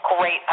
great